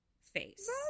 face